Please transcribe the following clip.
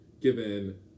given